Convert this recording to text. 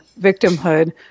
victimhood